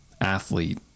athlete